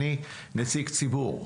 אני נציג ציבור.